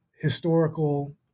historical